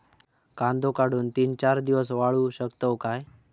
कांदो काढुन ती चार दिवस वाळऊ शकतव काय?